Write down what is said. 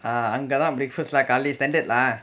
அங்கதா:anggathaa breakfast leh காலைல:kaalaila standard lah